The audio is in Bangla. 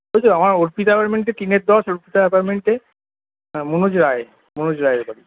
ওইতো আমার অর্পিতা অ্যাপার্টমেন্টে তিনের দশ অর্পিতা অ্যাপার্টমেন্টে হ্যাঁ মনোজ রায় মনোজ রায়ের বাড়ি